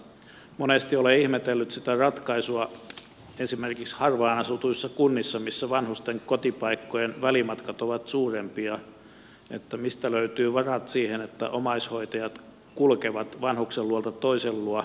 monesti olen ihmetellyt sitä ratkaisua esimerkiksi harvaan asutuissa kunnissa missä vanhusten kotipaikkojen välimatkat ovat suurempia että mistä löytyy varat siihen että hoitajat kulkevat vanhuksen luota toisen luo